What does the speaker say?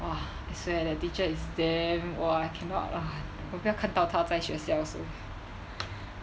!wah! I swear that teacher is damn !wah! I cannot lah 我不要看到他在学校 also